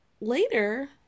later